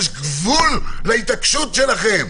יש גבול להתעקשות שלכם.